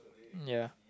ya